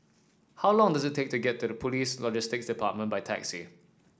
how long does it take to get to Police Logistics Department by taxi